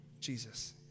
Jesus